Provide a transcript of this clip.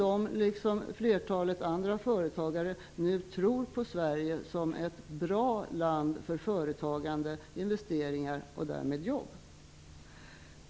De, liksom fleratalet andra företagare, tror nu på Sverige som ett bra land för företagande, investeringar och därmed jobb.